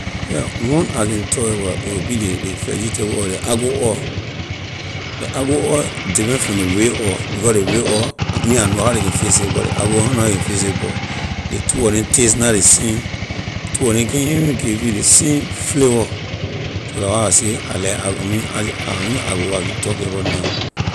Yeah one I can talk about a will be ley ley vegetable with ley argo oil ley argo oil different from ley ray oil because ley ray oil I mean I know how ley can fix it but ley argo oil I na know how ley can fix it but ley two wor neh taste na ley same two wor neh can’t even give you ley same flavor so la why I say I like argo I mean la only argo oil I can talk about na.